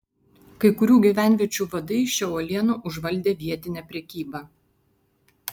kai kurių gyvenviečių vadai šia uoliena užvaldė vietinę prekybą